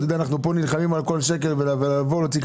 אנחנו נלחמים כאן על כל שקל ואז באים עם